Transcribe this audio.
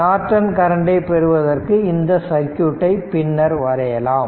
Norton கரண்டை பெறுவதற்கு இந்த சர்க்யூட்டை பின்னர் வரையலாம்